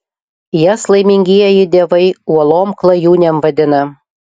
jas laimingieji dievai uolom klajūnėm vadina